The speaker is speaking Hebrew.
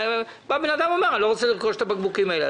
בא אדם ואומר: אני לא רוצה לרכוש את הבקבוקים האלה.